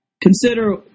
Consider